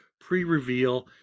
pre-reveal